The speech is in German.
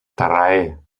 drei